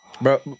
Bro